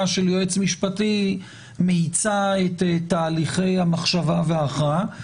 של יועץ משפטי מאיצה את תהליכי המחשבה וההכרעה.